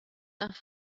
nach